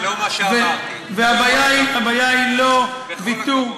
והבעיה היא לא ויתור,